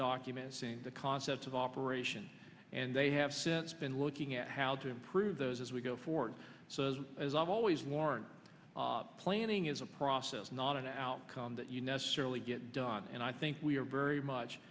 document the concept of operation and they have since been looking at how to improve those as we go forward so as i've always worn planning is a process not an outcome that you necessarily get done and i think we are very much